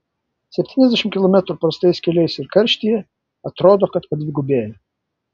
septyniasdešimt kilometrų prastais keliais ir karštyje atrodo kad padvigubėja